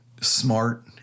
smart